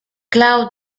cloud